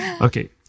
Okay